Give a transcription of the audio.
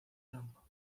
arango